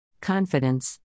Confidence